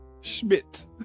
Schmidt